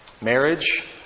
marriage